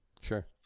Sure